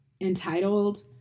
entitled